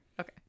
Okay